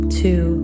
two